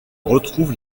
retrouve